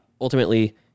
ultimately